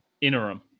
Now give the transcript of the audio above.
interim